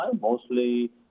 mostly